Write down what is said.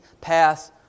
pass